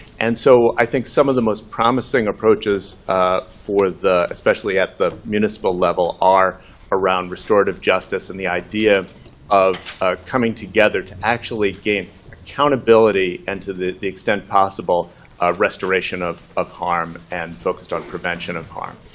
and so i think some of the most promising approaches for the especially at the municipal level are around restorative justice and the idea of coming together to actually gain accountability and to the the extent possible restoration of of harm, and focused on prevention of harm,